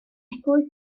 eglwys